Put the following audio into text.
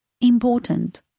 Important